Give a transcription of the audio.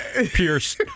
Pierce